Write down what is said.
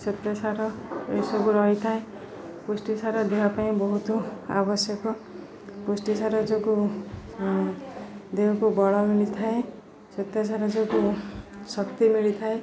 ଶ୍ୱେତସାର ଏସବୁ ରହିଥାଏ ପୁଷ୍ଟିସାର ଦେହ ପାଇଁ ବହୁତ ଆବଶ୍ୟକ ପୁଷ୍ଟିସାର ଯୋଗୁଁ ଦେହକୁ ବଳ ମିଳିଥାଏ ଶ୍ୱେତସାର ଯୋଗୁଁ ଶକ୍ତି ମିଳିଥାଏ